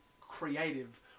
creative